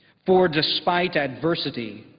for despite adversity,